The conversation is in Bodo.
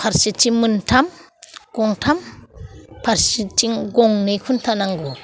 फारसेथिं मोनथाम गंथाम फारसेथिं गंनै खुन्था नांगौ